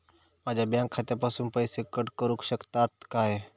माझ्या बँक खात्यासून पैसे कट करुक शकतात काय?